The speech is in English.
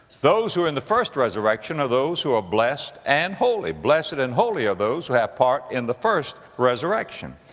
those who are in the first resurrection are those who are blessed and holy. blessed and holy are ah those who have part in the first resurrection.